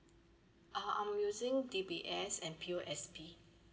uh I'm using D_B_S and P_O_S_B